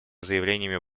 заявлениями